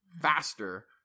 faster